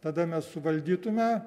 tada mes suvaldytume